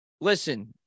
listen –